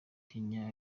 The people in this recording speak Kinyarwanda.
kenya